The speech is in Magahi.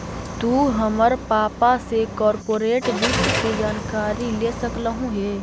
तु हमर पापा से कॉर्पोरेट वित्त के जानकारी ले सकलहुं हे